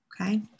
Okay